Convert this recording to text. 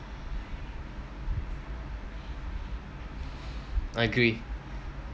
I agree